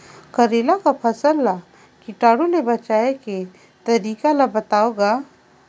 करेला कर फसल ल कीटाणु से बचाय के तरीका ला बताव ग?